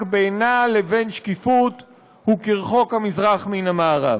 בינה לבין שקיפות הוא כרחוק מזרח ממערב.